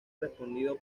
respondido